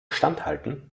standhalten